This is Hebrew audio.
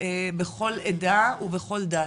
בכל עדה ובכל דת.